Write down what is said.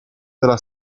della